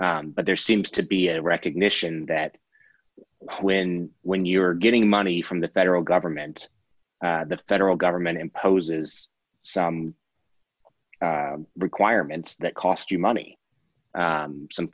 but there seems to be a recognition that when when you're getting money from the federal government the federal government imposes some requirements that cost you money some